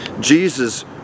Jesus